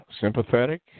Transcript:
sympathetic